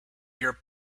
your